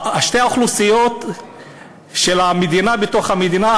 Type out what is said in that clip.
שתי האוכלוסיות של המדינה בתוך המדינה,